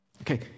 Okay